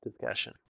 discussion